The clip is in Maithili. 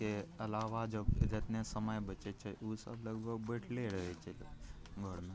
के अलावा जब जतने समय बचै छै ओसभ लगभग बैठले रहै छै